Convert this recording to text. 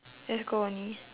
just go only